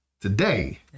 today